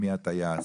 מי הטייס,